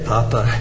Papa